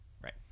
right